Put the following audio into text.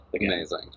Amazing